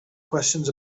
questions